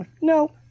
No